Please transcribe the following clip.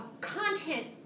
content